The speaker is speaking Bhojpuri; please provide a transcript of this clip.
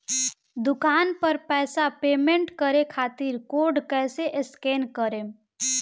दूकान पर पैसा पेमेंट करे खातिर कोड कैसे स्कैन करेम?